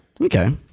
Okay